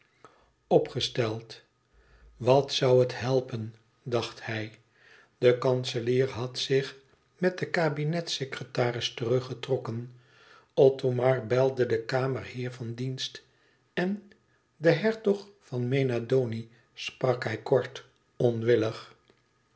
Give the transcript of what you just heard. opgesteld wat zoû het helpen dacht hij de kanselier had zich met den kabinetsecretaris teruggetrokken othomar belde den kamerheer van dienst en de hertog van mena doni sprak hij kort onwillig